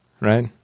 right